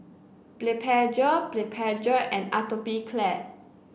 Blephagel Blephagel and Atopiclair